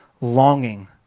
longing